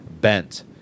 bent